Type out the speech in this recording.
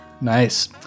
Nice